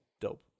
Dope